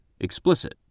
explicit